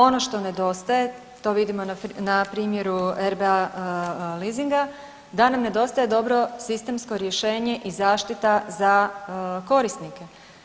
Ono što nedostaje to vidimo na primjeru RBA leasinga, da nam nedostaje dobro sistemsko rješenje i zaštita za korisnike.